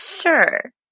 Sure